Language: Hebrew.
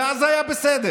ואז זה היה בסדר.